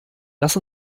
lass